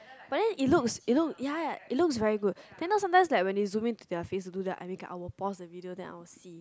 but then it looks it looks ya it looks very good then sometime they zoom they face while they do that I will pause the video and I will see